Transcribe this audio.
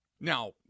Now